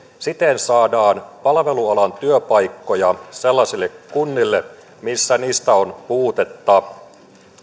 siten saadaan palvelualan työpaikkoja sellaisille kunnille missä niistä on puutetta